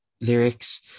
lyrics